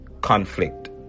conflict